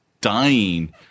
dying